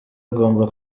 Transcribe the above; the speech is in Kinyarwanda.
agomba